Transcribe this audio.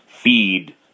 feed